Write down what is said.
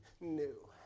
new